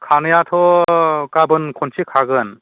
खानायाथ' गाबोन खनसे खागोन